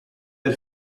per